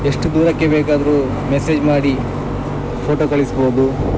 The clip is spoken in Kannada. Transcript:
ಎಷ್ಟು ದೂರಕ್ಕೆ ಬೇಕಾದರೂ ಮೆಸೇಜ್ ಮಾಡಿ ಫೋಟೋ ಕಳಿಸ್ಬೋದು